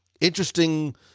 interesting